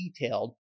detailed